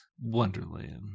Wonderland